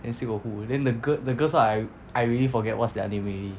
then still got who then the gir~ the girls side I I really forget what's their name already